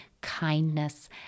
kindness